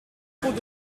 trop